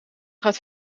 gaat